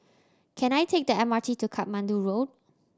can I take the M R T to Katmandu Road